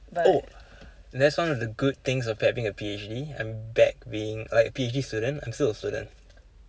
oh that's one of the good things of having a P_H_D I'm back being like P_H_D student I'm still a student